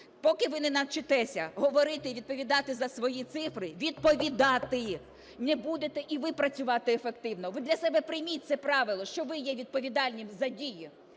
поки ви не навчитеся говорити і відповідати за свої цифри – відповідати! – не будете і ви працювати ефективно. Ви для себе прийміть це правило, що ви є відповідальним за дії!